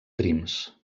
prims